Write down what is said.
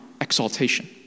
exaltation